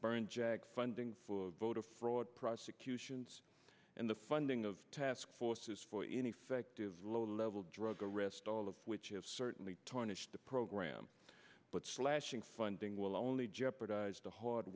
foreign jag funding for voter fraud prosecutions and the funding of task forces for an effective low level drug arrest all of which have certainly tarnished the program but slashing funding will only jeopardize the hard